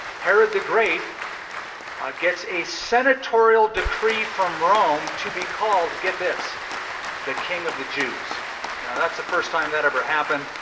herod the great gets a senatorial decree from rome to be called get this the king of the jews. now that's the first time that ever happened.